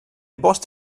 bost